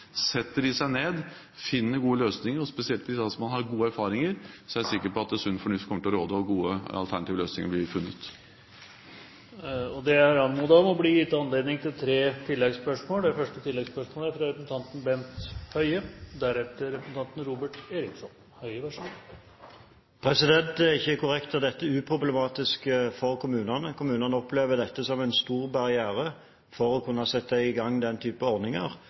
Setter de seg ned, finner gode løsninger, og spesielt hvis man har gode erfaringer, så er jeg sikker på at sunn fornuft kommer til å råde, og at gode alternative løsninger blir funnet. Det blir tre oppfølgingsspørsmål – først Bent Høie. Det er ikke korrekt at dette er uproblematisk for kommunene. Kommunene opplever dette som en stor barriere for å kunne sette i gang den type ordninger.